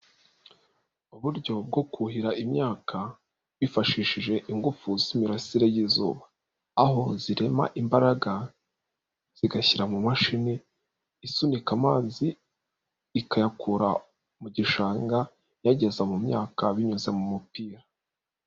Uburyo bwo kuhira imyaka, bifashishije ingufu z'imirasire y'izuba. Aho zirema imbaraga, zigashyira mu mashini, isunika amazi, ikayakura mu gishanga, iyageza mu myaka, binyuze mu mupira.